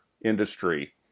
industry